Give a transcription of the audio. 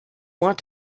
want